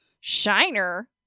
shiner